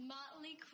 Motley